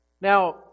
Now